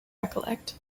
recollect